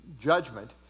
judgment